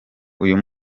uyu